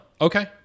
Okay